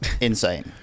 insane